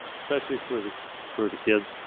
especially for the for the kids,